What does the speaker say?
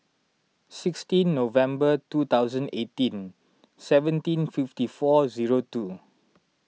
sixteen November two thousand eighteen seventeen fifty four zero two